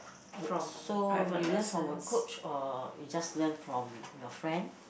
so you learn from a coach or you just learn from your friend